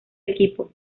equipo